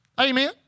Amen